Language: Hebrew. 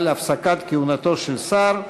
על הפסקת כהונתו של שר.